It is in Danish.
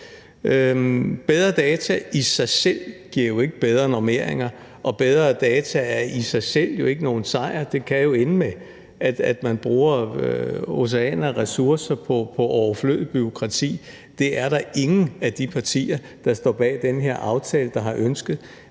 Bedre data i sig selv giver jo ikke bedre normeringer, og bedre data er i sig selv ikke nogen sejr. Det kan jo ende med, at man bruger oceaner af ressourcer på overflødigt bureaukrati. Det er der ingen af de partier, der står bag den her aftale, der har ønsket.